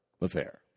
affair